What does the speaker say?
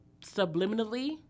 subliminally